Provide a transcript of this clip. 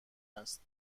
است